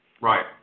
Right